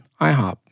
IHOP